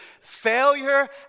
failure